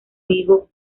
higo